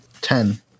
ten